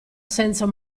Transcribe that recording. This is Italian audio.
senso